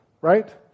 right